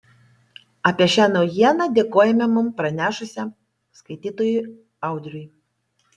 apie šią naujieną dėkojame mums pranešusiam skaitytojui audriui